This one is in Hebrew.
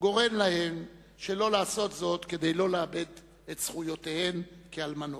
גורם להן שלא לעשות זאת כדי לא לאבד את זכויותיהן כאלמנות.